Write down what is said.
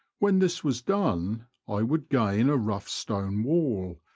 when this was done i would gain a rough stone wall,